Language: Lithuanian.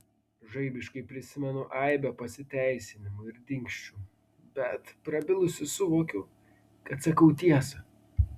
žaibiškai prisimenu aibę pasiteisinimų ir dingsčių bet prabilusi suvokiu kad sakau tiesą